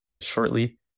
shortly